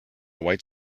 white